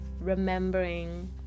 remembering